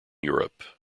europe